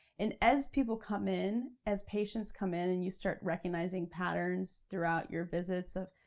and as people come in, as patients come in and you start recognizing patterns throughout your visits of,